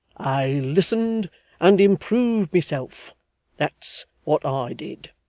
i listened and improved myself that's what i did